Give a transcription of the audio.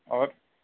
اور